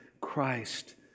Christ